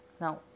Now